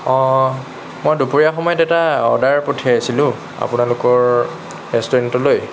অঁ মই দুপৰীয়া সময়ত এটা অৰ্ডাৰ পঠিয়াইছিলোঁ আপোনালোকৰ ৰেষ্টুৰেণ্টলৈ